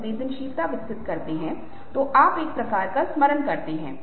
फिर क्या भावना का संचार हो रहा है क्या आप इसे प्राप्त कर पा रहे हैं